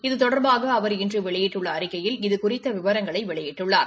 இது தொடர்பாக அவர் இன்று வெளியிட்டுள்ள அறிக்கையில் இது குறித்த விவரங்களை வெளியிட்டுள்ளார்